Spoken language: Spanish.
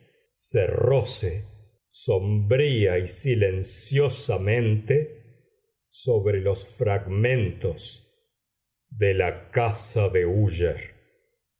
pies cerróse sombría y silenciosamente sobre los fragmentos de la casa de